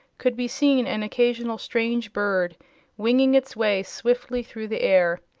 could be seen an occasional strange bird winging its way swiftly through the air.